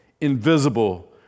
invisible